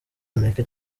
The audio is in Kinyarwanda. amerika